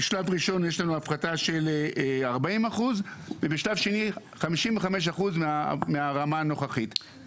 בשלב ראשון יש לנו הפחתה של 40 אחוז ובשלב שני 55 אחוז מהרמה הנוכחית,